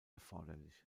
erforderlich